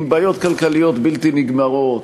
עם בעיות כלכליות בלתי-נגמרות,